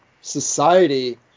society